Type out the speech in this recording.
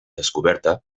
descoberta